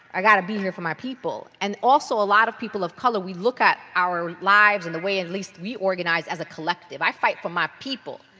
i got to be here for my people. and also a lots of people of color, we look at our lives and the way at least we organize as a collective. i fight for my people.